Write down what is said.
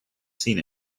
seen